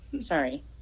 Sorry